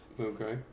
Okay